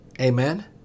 Amen